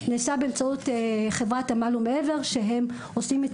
נעשה באמצעות חברת עמל ומעבר שהם עושים את